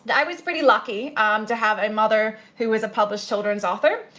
but i was pretty lucky to have a mother who was a published children's author,